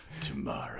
tomorrow